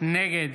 נגד